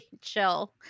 chill